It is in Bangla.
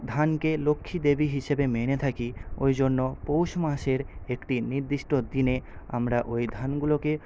ধানকে লক্ষ্মী দেবী হিসেবে মেনে থাকি ওই জন্য পৌষ মাসের একটি নির্দিষ্ট দিনে আমরা ওই ধানগুলোকে